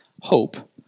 hope